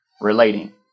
relating